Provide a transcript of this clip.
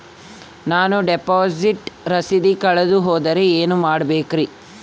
ನಾನು ಡಿಪಾಸಿಟ್ ರಸೇದಿ ಕಳೆದುಹೋದರೆ ಏನು ಮಾಡಬೇಕ್ರಿ?